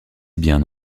bien